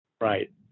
Right